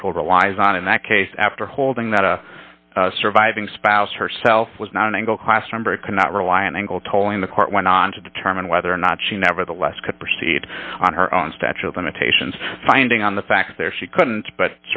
michael relies on in that case after holding that a surviving spouse herself was not an angle classroom very cannot rely on angle tolling the court went on to determine whether or not she nevertheless could proceed on her own statute of limitations finding on the fact there she couldn't but